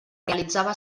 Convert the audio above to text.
realitzava